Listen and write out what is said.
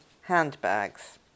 handbags